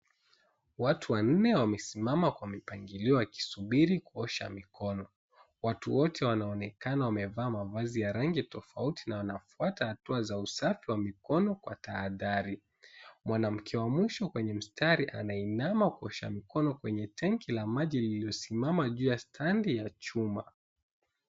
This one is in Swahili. Watu wanne wamesimama kwa mipangilio wakisubiri kuosha mikono. Watu wote wanaonekana wamevaa mavazi ya rangi tofauti na wanafuata hatua za usafi wa mikono kwa tahadhari. Mwanamke wa mwisho kwenye mtari anainama kuosha mikono kwenye tenki la maji lililosimama juu ya standi ya chuma.